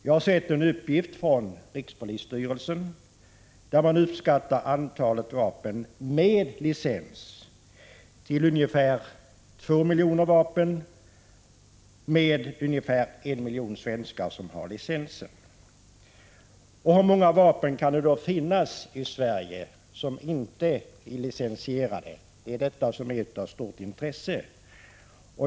Jag har sett en uppgift från rikspolisstyrelsen där man uppskattar antalet vapen med licens till ungefär två miljoner, med ungefär en miljon svenskar som licenshavare. Hur många vapen kan det då finnas som inte är 61 licensierade? Den frågan har stort intresse.